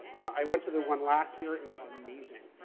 i went to the one last year. it was amazing.